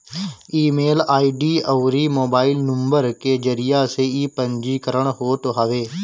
email ID अउरी mobile number के जरिया से इ पंजीकरण होत हवे